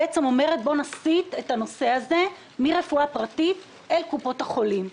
היא בעצם אומרת: בוא נסיט את הנושא הזה מרפואה פרטית אל קופות החולים.